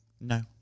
No